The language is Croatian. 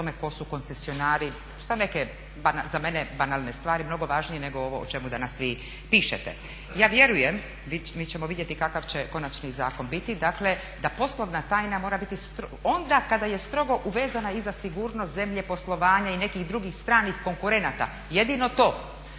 tko su koncesionari za neke za mene banalne stvari, mnogo važnije nego ovo o čemu danas vi pišete. Ja vjerujem, mi ćemo vidjeti kakav će konačni zakon biti, dakle da poslovna tajna mora biti onda kada je strogo uvezana i za sigurnost zemlje, poslovanja i nekih drugih stranih konkurenata. Jedino to,